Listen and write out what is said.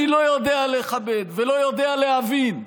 אני לא יודע לכבד ולא יודע להבין,